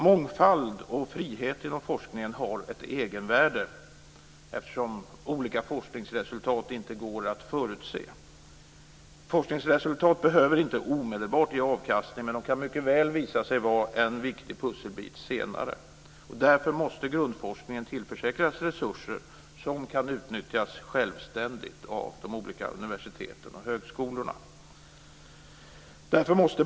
Mångfald och frihet inom forskningen har ett egenvärde, eftersom olika forskningsresultat inte går att förutse. Forskningsresultat behöver inte omedelbart ge avkastning, men de kan mycket väl visa sig vara en viktig pusselbit senare. Därför måste grundforskningen tillförsäkras resurser som kan utnyttjas självständigt av de olika universiteten och högskolorna.